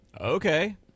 Okay